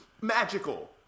magical